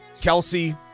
Kelsey